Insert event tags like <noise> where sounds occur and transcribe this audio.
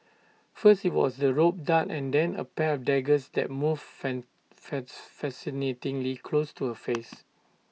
first IT was the rope dart and then A pair of daggers that moved <unintelligible> fascinatingly close to her face